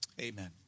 Amen